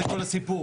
זה כל הסיפור.